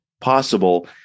possible